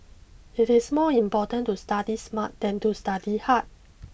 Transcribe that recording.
it is more important to study smart than to study hard